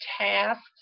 tasks